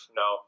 no